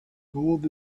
gold